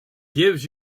gives